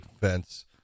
fence